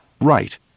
right